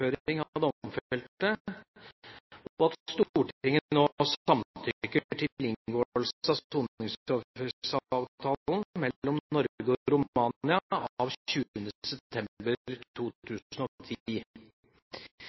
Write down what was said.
domfelte og at Stortinget nå samtykker til inngåelse av soningsoverføringsavtalen mellom Norge og Romania av 20. september